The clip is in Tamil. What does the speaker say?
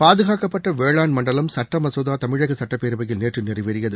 பாதுகாக்கப்பட்ட வேளாண் மண்டலம் சட்ட மகோதா தமிழக சுட்டப்பேரவையில் நேற்று நிறைவேறியது